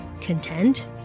Content